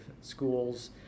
schools